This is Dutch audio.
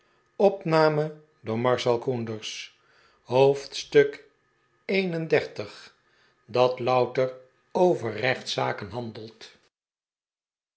hoofdstuk xxxi dat louter over rechtszaken handelt